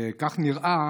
כך נראה